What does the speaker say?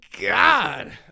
God